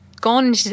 gone